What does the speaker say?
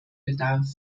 bedarf